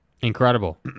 incredible